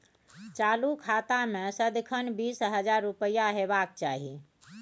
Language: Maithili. चालु खाता मे सदिखन बीस हजार रुपैया हेबाक चाही